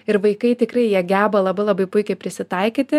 ir vaikai tikrai jie geba labai labai puikiai prisitaikyti